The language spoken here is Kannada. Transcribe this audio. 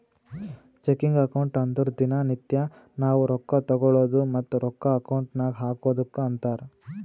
ಚೆಕಿಂಗ್ ಅಕೌಂಟ್ ಅಂದುರ್ ದಿನಾ ನಿತ್ಯಾ ನಾವ್ ರೊಕ್ಕಾ ತಗೊಳದು ಮತ್ತ ರೊಕ್ಕಾ ಅಕೌಂಟ್ ನಾಗ್ ಹಾಕದುಕ್ಕ ಅಂತಾರ್